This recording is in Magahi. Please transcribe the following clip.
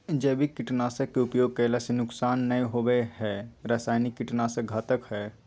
जैविक कीट नाशक के उपयोग कैला से नुकसान नै होवई हई रसायनिक कीट नाशक घातक हई